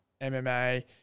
MMA